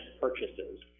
purchases